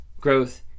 growth